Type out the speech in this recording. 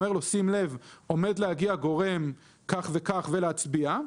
ואומר לו שים לב - עומד להגיע גורם כך וכך ולהצביע,